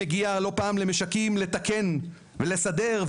מגיע לא פעם למשקים לתקן ולסדר,